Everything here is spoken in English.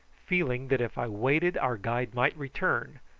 feeling that if i waited our guide might return,